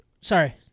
Sorry